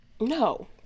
No